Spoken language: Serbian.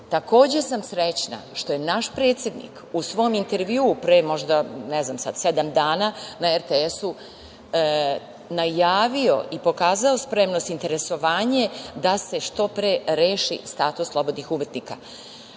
sam srećna što je naš predsednik u svom intervjuu pre možda sedam dana na RTS najavio i pokazao spremnost i interesovanje da se što pre reši status slobodnih umetnika.